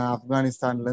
Afghanistan